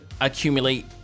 accumulate